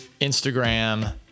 Instagram